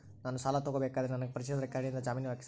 ನಾನು ಸಾಲ ತಗೋಬೇಕಾದರೆ ನನಗ ಪರಿಚಯದವರ ಕಡೆಯಿಂದ ಜಾಮೇನು ಹಾಕಿಸಬೇಕಾ?